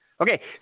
Okay